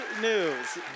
news